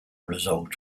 result